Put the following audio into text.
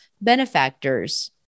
benefactors